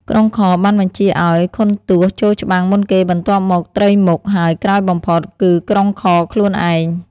ក្រុងខរ បានបញ្ជាឱ្យ ខុនទសណ៍ ចូលច្បាំងមុនគេបន្ទាប់មក ត្រីមុខ ហើយក្រោយបំផុត គឺក្រុងខរខ្លួនឯង។